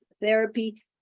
therapy